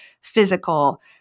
physical